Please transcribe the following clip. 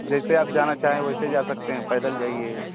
जैसे आप जाना चाहे वैसे आप जा सकते हैं पैदल जाइए